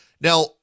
Now